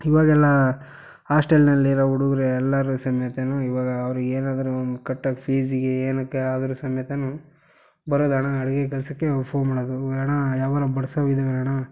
ಇವಾಗ ಎಲ್ಲ ಹಾಸ್ಟೆಲ್ನಲ್ಲಿರೋ ಹುಡುಗರು ಎಲ್ಲರೂ ಸಮೇತ ಇವಾಗ ಅವ್ರಿಗೆ ಏನಾದರೂ ಒಂದು ಕಟ್ಟಕ್ಕೆ ಫೀಸಿಗೆ ಏನಕ್ಕೆ ಆದರೂ ಸಮೇತ ಬರೋದು ಅಣ್ಣಾ ಅಡಿಗೆ ಕೆಲಸಕ್ಕೆ ಅವ್ರು ಫೋನ್ ಮಾಡೋದು ಅಣ್ಣಾ ಯಾವ್ದಾನಾ ಬಡಿಸೋವಿದವೇನಣಾ